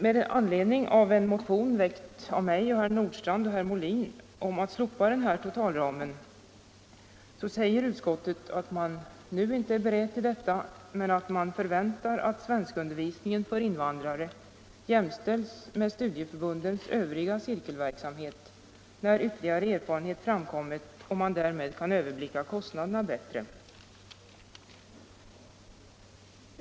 Med anledning av en motion, väckt av mig, herr Nordstrandh och herr Molin, om att slopa totalramen säger utskottet att man inte nu är beredd till detta, men att man förväntar att svenskundervisningen för invandrare jämställs med studieförbundens övriga cirkelverksamhet, när ytterligare erfarenheter framkommit och man därmed kan överblicka kostnaderna bättre.